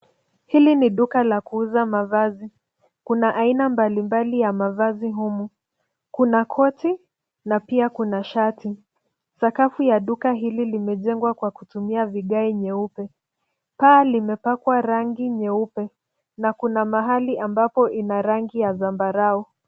Hili ni duka la kuuza mavazi. Kuna aina mbalimbali ya mavazi humu. Kuna koti na pia kuna shati. Sakafu ya duka hili limejengwa kwa kutumia vigae nyeupe. Paa limepakwa rangi nyeupe na kuna mahali ambapo ina rangi ya zambarau.